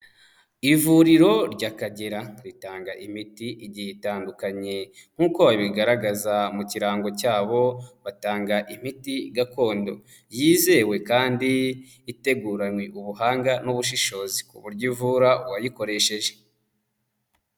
Ivuriro ry'Akagera ritanga imiti igiye itandukanye nk'uko babigaragaza mu kirango cyabo, batanga imiti gakondo yizewe kandi iteguranywe ubuhanga n'ubushishozi ku buryo ivura uwayikoresheje.